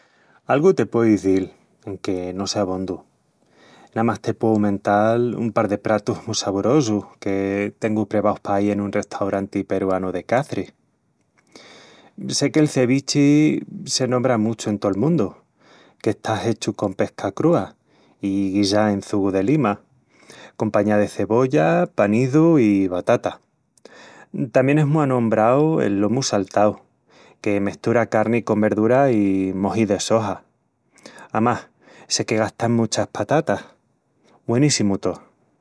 Algu te pueu izil enque no sé abondu... namás te pueu mental un par de pratus mu saborosus que tengu prevaus paí en un restauranti peruanu de Caçris... Sé que el cevichi se nombra muchu en tol mundu, que está hechu con pesca crúa i guisá en çugu de lima, compañá de cebolla, panizu i batata. Tamién es mu anombrau el lomu saltau, que mestura carni con verdura i moji de soja. Amás, sé que gastan muchas patatas... Güeníssimu tó!